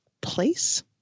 place